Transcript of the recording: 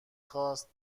خواست